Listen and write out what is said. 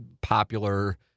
popular